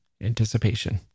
anticipation